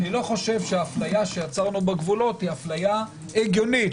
אני לא חושב שהאפליה שיצרנו בגבולות היא אפליה הגיונית.